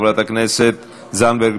חברת הכנסת זנדברג